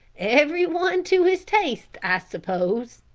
every one to his taste, i suppose,